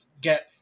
get